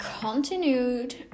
continued